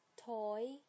Toy